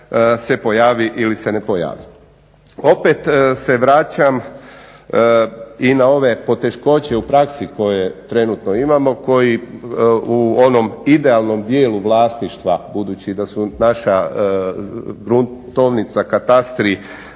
se pojavi ili se ne pojavi. Opet se vraćam i na ove poteškoće u praksi koje trenutno imamo koji u onom idealnom dijelu vlasništva budući da su naša gruntovnica, katastri,